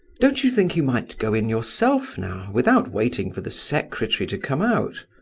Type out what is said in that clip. don't you think you might go in yourself now, without waiting for the secretary to come out?